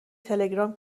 تلگرام